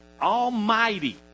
Almighty